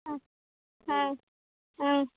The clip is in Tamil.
ஆ ஆ ஆ